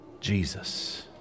Jesus